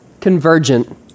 convergent